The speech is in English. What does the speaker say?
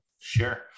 Sure